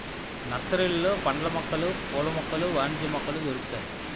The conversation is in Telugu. నర్సరీలలో పండ్ల మొక్కలు పూల మొక్కలు వాణిజ్య మొక్కలు దొరుకుతాయి